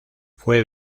fue